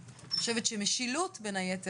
מאיר,